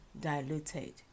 diluted